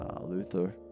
Luther